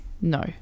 No